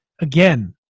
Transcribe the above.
again